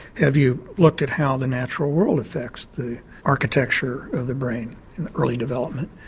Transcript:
have you looked at how the natural world affects the architecture of the brain in early development?